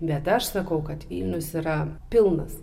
bet aš sakau kad vilnius yra pilnas